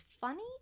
funny